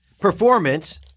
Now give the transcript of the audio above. performance—